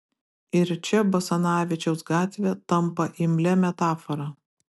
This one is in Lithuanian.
ir čia basanavičiaus gatvė tampa imlia metafora